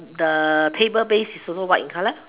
the table base is also white in color